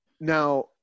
now